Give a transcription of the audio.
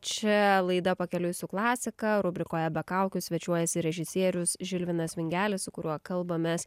čia laida pakeliui su klasika rubrikoje be kaukių svečiuojasi režisierius žilvinas vingelis su kuriuo kalbamės